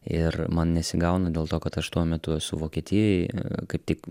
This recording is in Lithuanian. ir man nesigauna dėl to kad aš tuo metu esu vokietijoj kaip tik